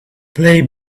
play